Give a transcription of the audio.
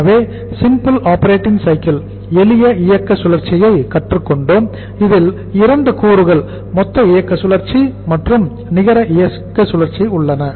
எனவே simple operating cycle அதாவது எளிய இயக்க சுழற்சியை கற்றுக்கொண்டோம் இதில் 2 கூறுகள் மொத்த இயக்க சுழற்சி மற்றும் நிகர இயக்க சுழற்சி உள்ளன